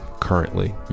currently